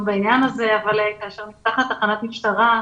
בעניין הזה אבל כאשר נפתחת תחנת משטרה,